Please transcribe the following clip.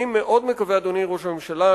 אני מקווה מאוד, אדוני ראש הממשלה,